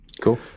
Cool